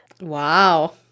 Wow